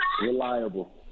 Reliable